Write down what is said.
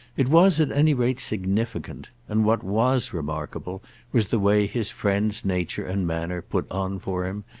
it was at any rate significant, and what was remarkable was the way his friend's nature and manner put on for him,